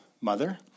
mother